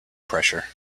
pressure